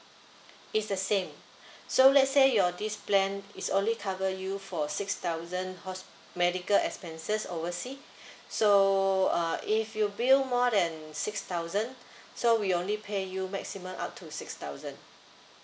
it's the same so let's say your this plan is only cover you for six thousand hos~ medical expenses oversea so uh if your bill more than six thousand so we only pay you maximum up to six thousand